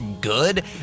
good